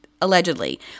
allegedly